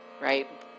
right